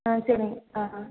ம் சரிங்க ஆ ஆ